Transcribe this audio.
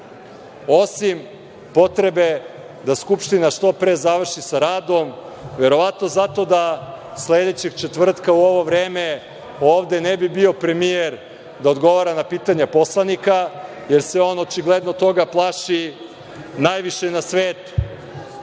Osim potrebe da Skupština što pre završi sa radom, verovatno da sledećeg četvrtka u ovo vreme ne bi bio premijer da odgovara na pitanja poslanika, jer se on očigledno toga plaši najviše na svetu. Ovaj